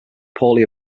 poorly